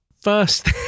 First